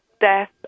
death